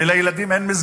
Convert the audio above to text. ולילדים אין מה לאכול,